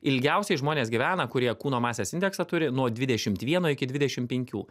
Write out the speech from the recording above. ilgiausiai žmonės gyvena kurie kūno masės indeksą turi nuo dvidešimt vieno iki dvidešimt penkių